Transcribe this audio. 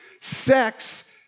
Sex